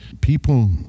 people